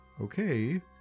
Okay